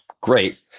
Great